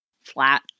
Flat